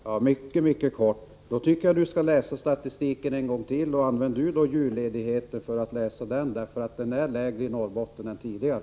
Herr talman! Mycket kort: Då tycker jag att P.-O. Eriksson skall läsa statistiken en gång till. Använd julledigheten till att läsa den! Arbetslösheten i Norrbotten är nämligen nu lägre än tidigare!